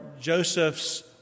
Joseph's